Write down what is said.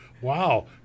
wow